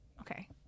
Okay